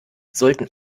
sollten